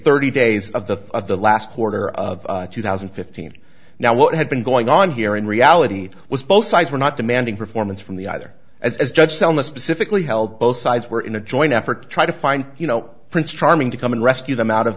thirty days of the of the last quarter of two thousand and fifteen now what had been going on here in reality was both sides were not demanding performance from the other as judge selma specifically held both sides were in a joint effort to try to find you know prince charming to come and rescue them out of